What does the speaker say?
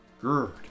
good